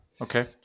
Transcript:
okay